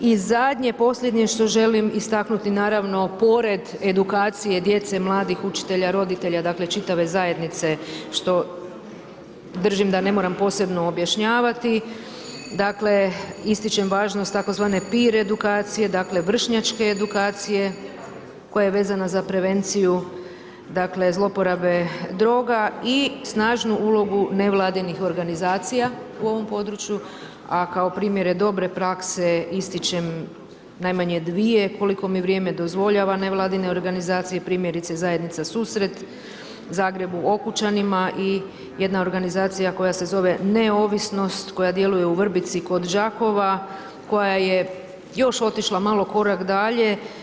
I zadnje posljednje što želim istaknuti naravno pored edukacije djece mladih učitelja, roditelja, dakle čitave zajednice što držim da ne moram posebno objašnjavati, dakle ističem važnost tzv. pir edukacije, dakle vršnjačke edukacije koja je vezana za prevenciju dakle zlouporabe droga i snažnu ulogu nevladinih organizacija u ovom području, a kao primjere dobre prakse ističem najmanje dvije koliko mi vrijeme dozvoljava nevladine vladine organizacije, primjerice Zajednica susret, Zagreb u Okučanima i jedna organizacija koja se zove Neovisnost koja djeluje u Vrbici kod Đakova, koja je još otišla još malo korak dalje.